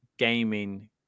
gaming